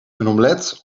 omelet